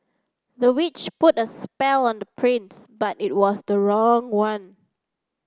the witch put a spell on the prince but it was the wrong one